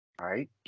Right